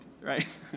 right